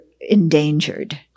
endangered